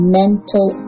mental